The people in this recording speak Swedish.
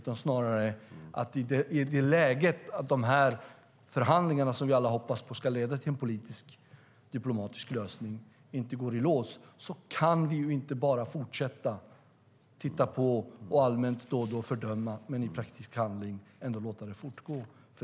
Vi hoppas alla att förhandlingarna ska leda till en politisk och diplomatisk lösning. I det läge de inte går i lås kan vi inte bara fortsätta att titta på och allmänt då och då fördöma men i praktisk handling ändå låta det fortgå.